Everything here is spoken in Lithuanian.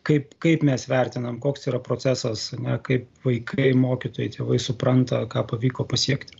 kaip kaip mes vertinam koks yra procesas o ne kaip vaikai mokytojai tėvai supranta ką pavyko pasiekti